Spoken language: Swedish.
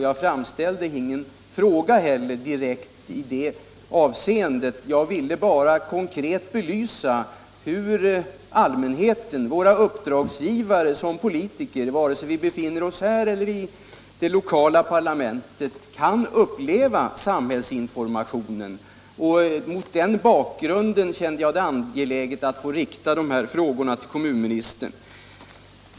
Jag framställde inte heller någon direkt fråga om det. Jag ville bara konkret belysa hur allmänheten, våra uppdragsgivare, kan uppleva samhällsinformationen från oss som politiker, vare sig vi befinner oss här eller i det lokala parlamentet. Mot den bakgrunden kände jag det angeläget att få rikta mina frågor till kommunministern.